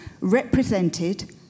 represented